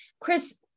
Chris